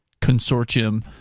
consortium